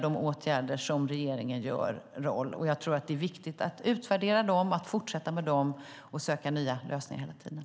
De åtgärder som regeringen vidtar spelar någon roll, och jag tror att det är viktigt att utvärdera dem, att fortsätta med dem och att söka nya lösningar hela tiden.